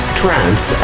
trance